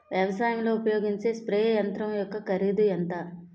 వ్యవసాయం లో ఉపయోగించే స్ప్రే యంత్రం యెక్క కరిదు ఎంత?